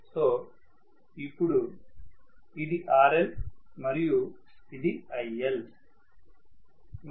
so ఇపుడు ఇది RL మరియు ఇది IL